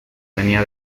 venía